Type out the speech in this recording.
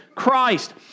Christ